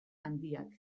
handiak